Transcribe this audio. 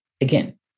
again